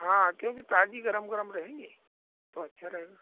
हाँ क्योंकि ताजी गर्म गर्म रहेंगी तो अच्छा रहेगा